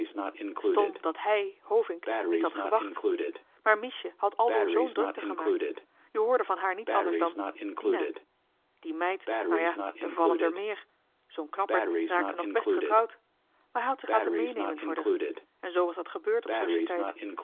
stom dat hij hovink niet had kunnen wachten maar miesje had aldoor z'n drukte gemaakt je hoorde van haar niet anders dan dina die meid nou ja d'er vallen d'er meer zoo'n knappert raakte nog best getrouwd maar hij had zich laten meenemen voor d'er en zoo was dat gebeurd op